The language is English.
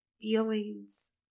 feelings